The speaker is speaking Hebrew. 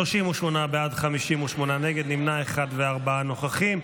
38 בעד, 58 נגד, נמנע אחד וארבעה נוכחים.